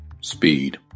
speed